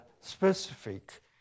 specific